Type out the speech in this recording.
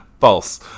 false